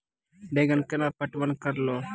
बैंगन केना पटवन करऽ लो?